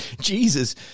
Jesus